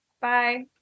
Bye